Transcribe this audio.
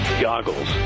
goggles